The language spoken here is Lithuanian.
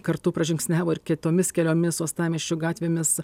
kartu pražingsniavo ir kitomis keliomis uostamiesčio gatvėmis